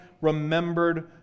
remembered